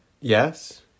Yes